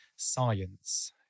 science